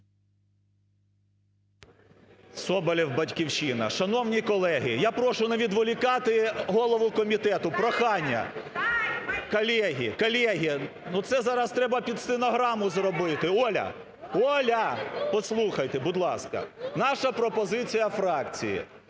Соболєв, "Батьківщина". Шановні колеги! Я прошу не відволікати голову комітету. Прохання. Колеги! Колеги! Ну, це зараз треба під стенограму зробити. Оля! Оля! Послухайте, будь ласка. Наша пропозиція фракції.